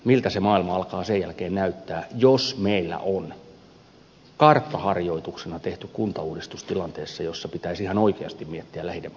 miltä se maailma alkaa sen jälkeen näyttää jos meillä on karttaharjoituksena tehty kuntauudistus tilanteessa jossa pitäisi ihan oikeasti miettiä lähidemokratiaa